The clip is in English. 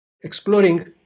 exploring